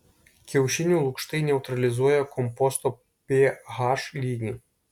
kiaušinių lukštai neutralizuoja komposto ph lygį